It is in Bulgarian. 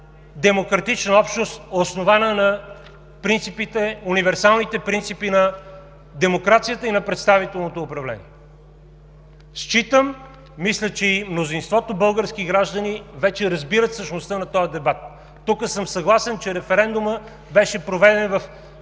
демократична общност, основана на универсалните принципи на демокрацията и на представителното управление. Мисля, че и мнозинството български граждани вече разбират същността на този дебат – тук съм съгласен, че референдумът беше проведен в